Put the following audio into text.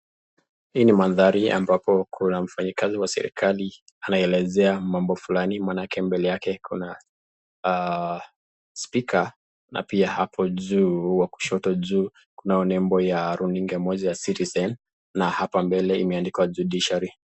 Hii ni mandhari ambapo kuna mfanyikazi wa serikali anaelezea mambo fulani maanake mbele yake kuna spika na pia hapo juu, wa kushoto juu, kunao nembo ya runinga moja ya citizen na hapa mbele imeandikwa judiciary .